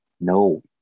No